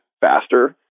faster